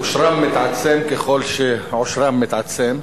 אושרם מתעצם ככל שעושרם מתעצם,